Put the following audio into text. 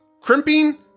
crimping